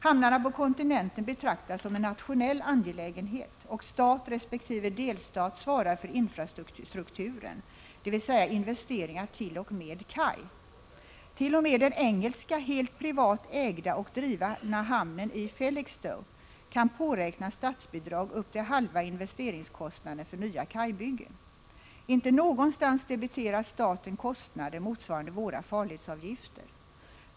Hamnarna på kontinenten betraktas som en nationell angelägenhet, och stat resp. delstat svarar för infrastrukturen, dvs. investeringar t.o.m. kaj. Även den engelska helt privat ägda och drivna hamnen i Felixstowe kan påräkna statsbidrag upp till halva investeringskostnaden för nya kajbyggen. Inte någonstans debiterar staten kostnader motsvarande våra farledsavgifter.